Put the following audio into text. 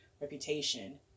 reputation